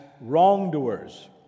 wrongdoers